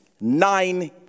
nine